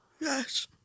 Yes